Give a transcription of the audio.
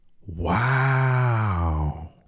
wow